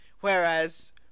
whereas